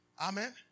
Amen